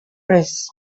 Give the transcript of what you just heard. press